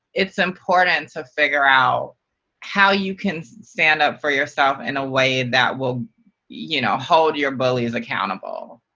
it's important to figure out how you can stand up for yourself in a way that will you know hold your bullies accountable.